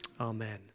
Amen